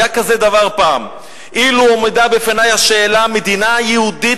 היה כזה דבר פעם: "אילו הועמדה בפני השאלה: מדינה יהודית